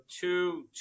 two